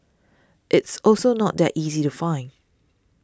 it's also not that easy to find